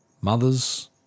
mothers